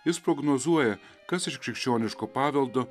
jis prognozuoja kas iš krikščioniško paveldo